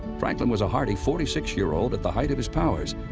franklin was a hardy forty six year old at the height of his powers.